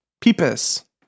Peepus